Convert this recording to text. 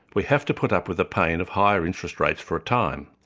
we have to put up with the pain of higher interest rates for a time.